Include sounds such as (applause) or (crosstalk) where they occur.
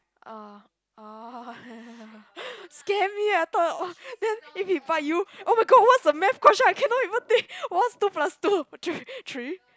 uh ah (laughs) scare me eh I thought !wah! then if he bite you oh-my-god what's the math question I cannot even think what's two plus two three three